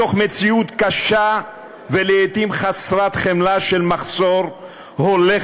מתוך מציאות קשה ולעתים חסרת חמלה של מחסור הולך